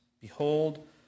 Behold